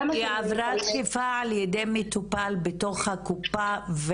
היא עברה תקיפה על-ידי מטופל בתוך הקופה?